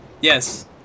Yes